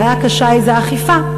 הבעיה הקשה היא האכיפה,